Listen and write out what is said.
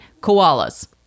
koalas